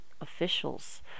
officials